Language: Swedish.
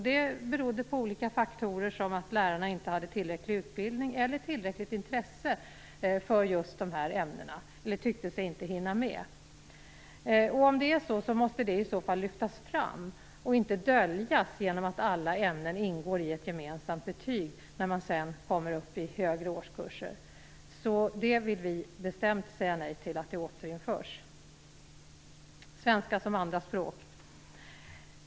Det berodde på olika faktorer, t.ex. att lärarna inte hade tillräcklig utbildning för eller tillräckligt intresse av just dessa ämnen eller att de inte tyckte sig inte hinna med. Är det på det viset så måste detta lyftas fram och inte döljas genom att alla ämnen ingår i ett gemensamt betyg när man sedan kommer upp i högre årskurser. Vi vill bestämt säga nej till att detta återinförs. Jag vill också tala litet om svenskan som andraspråk.